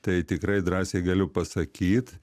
tai tikrai drąsiai galiu pasakyt